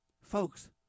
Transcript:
Folks